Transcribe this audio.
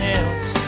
else